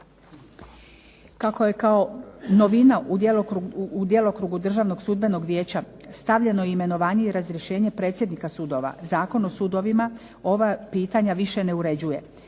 Kako je kao novina u djelokrugu Državnog sudbenog vijeća stavljeno imenovanje i razrješenje predsjednika sudova, Zakon o sudovima ova pitanja više ne uređuje.